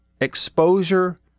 exposure